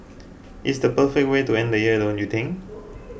it's the perfect way to end the year don't you think